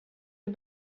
det